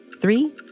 Three